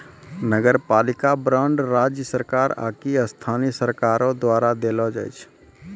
नगरपालिका बांड राज्य सरकार आकि स्थानीय सरकारो द्वारा देलो जाय छै